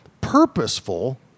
purposeful